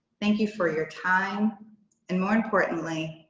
thank you for your time and more importantly,